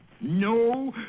No